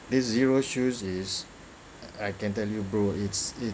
this zero shoes is I can tell you bro it's